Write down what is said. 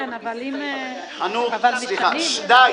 ששש, די.